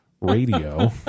radio